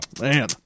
man